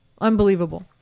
Unbelievable